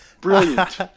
Brilliant